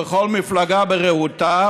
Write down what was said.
וכל מפלגה ברעותה,